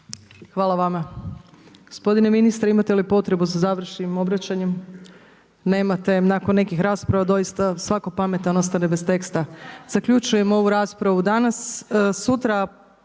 Hvala vama. Gospodine ministre imate li potrebu za završnim obraćanjem? Nemate. Nakon nekih rasprava doista svako pametan ostane bez teksta. Zaključujem ovu raspravu danas.